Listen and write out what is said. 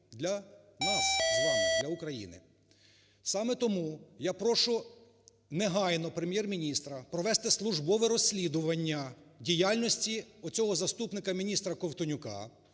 для нас з вами, для України. Саме тому я прошу негайно Прем'єр-міністра провести службове розслідування діяльності цього заступника міністра Ковтонюка,